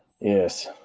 Yes